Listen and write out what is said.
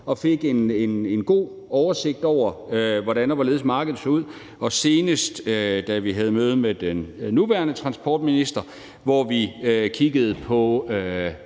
og fik en god oversigt over, hvordan og hvorledes markedet så ud, og senest, da vi havde et møde med den nuværende transportminister, kiggede vi